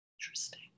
Interesting